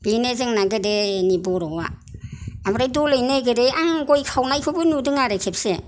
बेनो जोंना गोदोनि बर'आ ओमफ्राय दलै नोगोरै आं गय खावनायखौबो नुदों आरो खेबसे